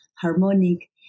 harmonic